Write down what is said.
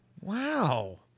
Wow